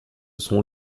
sont